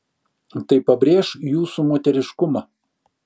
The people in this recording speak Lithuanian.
tai pabrėš jūsų moteriškumą